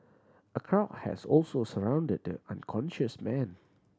a crowd has also surrounded the unconscious man